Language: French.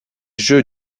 jeux